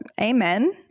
amen